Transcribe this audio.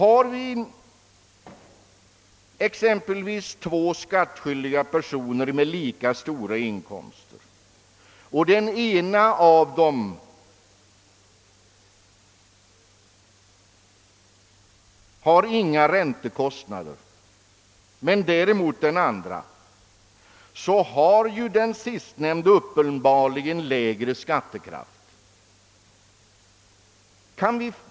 Av två skattskyldiga personer med lika stora inkomster, av vilka den ene av dem inte har några räntekostnader men däremot den andre, har ju den sistnämnde uppenbarligen lägre skattekraft.